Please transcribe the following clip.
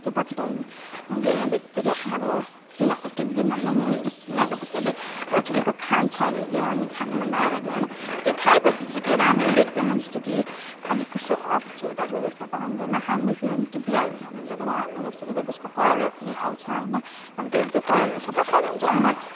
त्यो पखेटा गिर्नेबित्तिकै अब तिनीहरूले टिप्दिनु नि नि तिनीहरूले फेरि त्यसले पछाडिको खान्छ अरे के अनि खानुभन्दा अगाडि अनि त्यो खाएपछि चाहिँ के राम्रो देख्दैन जस्तो कि अलिक कस्तो अप्ठ्यारो टाइपको देख्छ त अन्त नखाँदैखेरि टिपिहाल्यो भने चाहिँ के त राम्रो देख्छ के त त्यसको कलरहरू पनि आउँछ होइन अब त्यो कलरहरू सबै खाइदिन्छ